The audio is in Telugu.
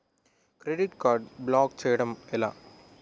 క్రెడిట్ కార్డ్ బ్లాక్ చేయడం ఎలా?